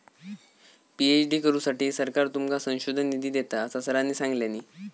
PhD करुसाठी सरकार तुमका संशोधन निधी देता, असा सरांनी सांगल्यानी